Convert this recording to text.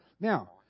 Now